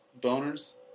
boners